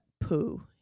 poo